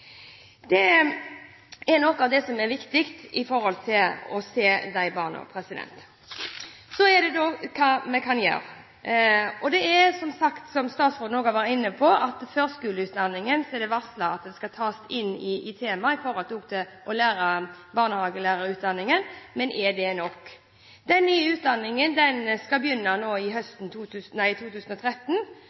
Det er noe av det som er viktig når det gjelder å se disse barna. Så til det man kan gjøre. Som også statsråden var inne på, er det slik at når det gjelder førskoleutdanningen, er det varslet at dette skal tas inn som tema i barnehagelærerutdanningen, men er det nok? Den nye utdanningen skal begynne høsten 2013,